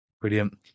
Brilliant